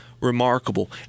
remarkable